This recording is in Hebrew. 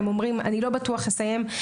אומרים: לא בטוח אסיים.